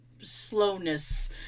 slowness